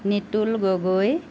Nitul Gogoi